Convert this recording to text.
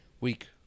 Week